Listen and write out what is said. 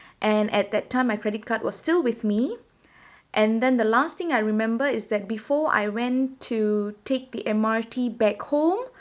and at that time my credit card was still with me and then the last thing I remember is that before I went to take the M_R_T back home